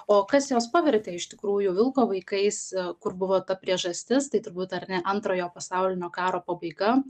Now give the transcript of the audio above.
o kas juos pavertė iš tikrųjų vilko vaikais kur buvo ta priežastis tai turbūt ar ne antrojo pasaulinio karo pabaiga